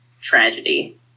tragedy